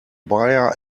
buyer